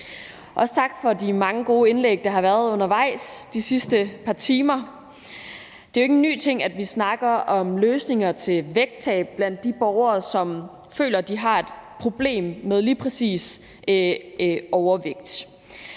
sige tak for de mange gode indlæg, der har været undervejs de sidste par timer. Det er jo ikke en ny ting, at vi taler om løsninger i forhold til vægttab blandt de borgere, som føler, at de har et problem med lige præcis overvægt.